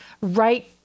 right